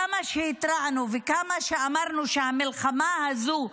כמה שהתרענו וכמה שאמרנו שהמלחמה הזו,